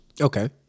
Okay